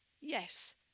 Yes